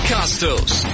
Costos